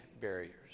barriers